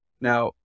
Now